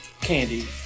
candy